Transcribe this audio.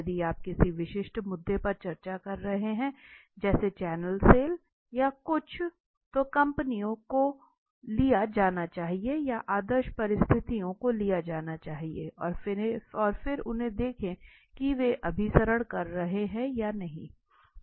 यदि आप किसी विशिष्ट मुद्दे पर चर्चा कर रहे हैं जैसे चैनल सेल्स या कुछ तो कई कंपनियों को लिया जाना चाहिए या आदर्श परिस्थितियों को लिया जाना चाहिए और फिर उन्हें देखें कि वे अभिसरण कर रहे हैं या नहीं